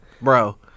Bro